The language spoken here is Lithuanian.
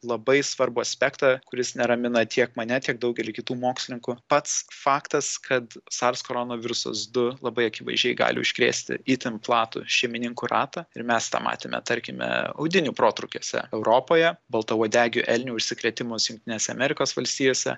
labai svarbų aspektą kuris neramina tiek mane tiek daugelį kitų mokslininkų pats faktas kad sars koronovirusas du labai akivaizdžiai gali užkrėsti itin platų šeimininkų ratą ir mes tą matėme tarkime audinių protrūkiuose europoje baltauodegių elnių užsikrėtimus jungtinėse amerikos valstijose